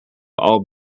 all